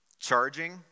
Charging